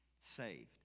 saved